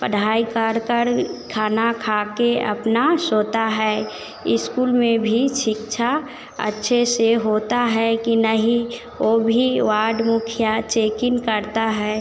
पढाई कर कर खाना खा कर अपना सोता है इस्कूल में भी शिक्षा अच्छे से होता है कि नहीं वो भी वार्ड मुखिया चेकइन करता है